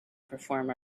perform